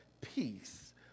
peace